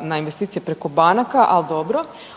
na investicije preko banaka, al dobro.